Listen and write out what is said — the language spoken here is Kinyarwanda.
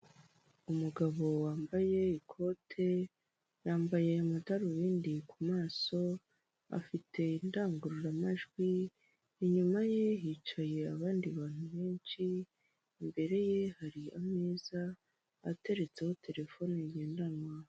Umugabo wambaye ikote, yambaye amadarubindi ku maso, afite indangururamajwi, inyuma ye hicaye abandi bantu benshi imbere ye hari ameza ateretseho terefone ngendanwa.